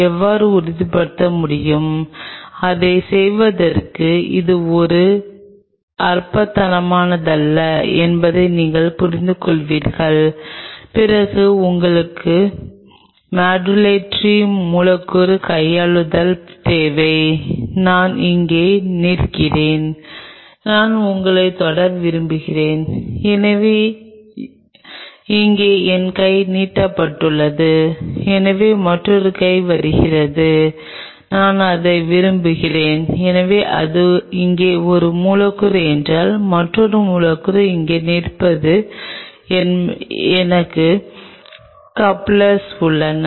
எனவே உதாரணமாக சொல்லுங்கள் இங்கே நீங்கள் சப்ஸ்ர்டேட் வைத்திருக்கிறீர்கள் இங்கே உங்கள் சிறிய சோதனைக் குழாயில் நீங்கள் தனிமைப்படுத்திய செல்கள் உள்ளன நான் காண்பிக்கிறேன் எனவே இங்கே நீங்கள் செல்கள் வைத்திருக்கிறீர்கள் இது போன்ற ஒரு ஊடகத்தில் செல்கள் இடைநீக்கம் செய்யப்படுகின்றன